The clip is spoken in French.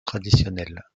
traditionnels